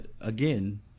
again